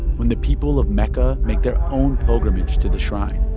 when the people of mecca make their own pilgrimage to the shrine.